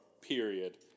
Period